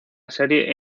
serie